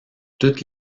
toutes